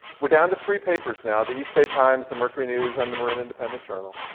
we're down to three papers now, the east bay times, the mercury news, and the marin independent journal,